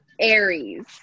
Aries